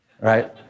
right